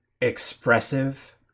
expressive